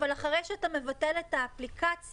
אבל אחרי שאתה מבטל את האפליקציה,